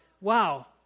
wow